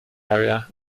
area